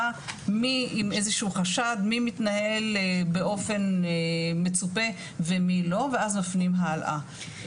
עם איזשהו חשד מי מתנהל באופן מצופה ומי לא ואז מפנים הלאה.